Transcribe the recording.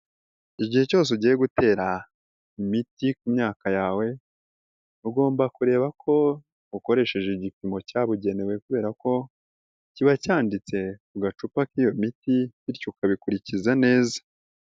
Igihe cyose ugiye gutera imiti ku myaka yawe, ugomba kureba ko ukoresheje igipimo cyabugenewe kubera ko kiba cyanditse ku gacupa k'iyo miti bityo ukabikurikiza neza.